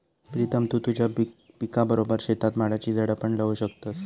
प्रीतम तु तुझ्या पिकाबरोबर शेतात माडाची झाडा पण लावू शकतस